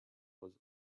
was